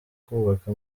kubaka